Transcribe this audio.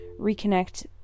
reconnect